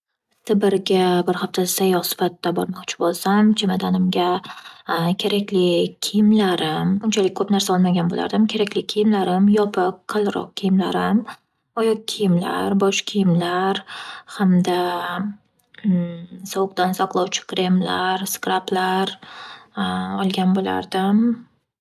Sibrga bir hafta sayyoh sifatida bormoqchi bo'lsam, chemadonimga kerakli kiyimlarim, unchalik ko'p narsa olmagan bo'lardim, kerakli kiyimlarim, yopiq, qalinroq kiyimlarim, oyoq kiyimlar, bosh kiyimlar hamda sovuqdan saqlovchi kremlar, skrablar olgan bo'lardim.